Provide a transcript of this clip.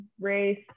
race